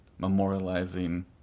memorializing